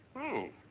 oh.